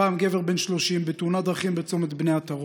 הפעם גבר בן 30, בתאונת דרכים בצומת בני עטרות.